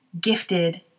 gifted